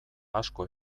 asko